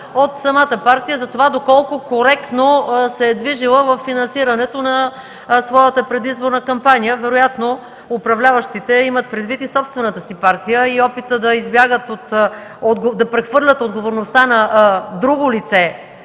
от самата партия доколко коректно се е движела във финансирането на своята предизборна кампания. Вероятно управляващите имат предвид собствената си партия и опита да прехвърлят отговорността на друго лице